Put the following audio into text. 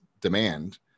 demand